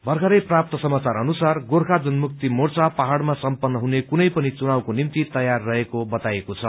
भर्खरै प्राप्त समाचार अनुसार गोर्खा जनमुक्ति मोर्चा पहाड़मा सम्पन्न हुने कुनै पनि चुनावको निम्ति तयार हरेको बताएको छ